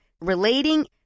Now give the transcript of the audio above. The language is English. relating